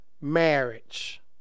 marriage